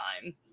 time